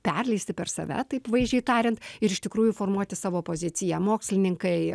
perleisti per save taip vaizdžiai tariant ir iš tikrųjų formuoti savo poziciją mokslininkai